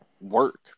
work